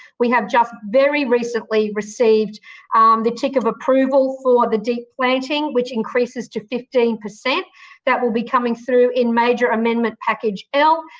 we have just very recently received the tick of approval for the deep planting, which increases to fifteen. that will be coming through in major amendment package l.